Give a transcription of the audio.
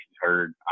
heard